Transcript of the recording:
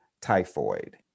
typhoid